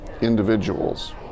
individuals